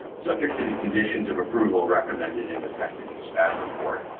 subject to the conditions of approval recommended in the technical staff report.